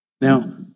Now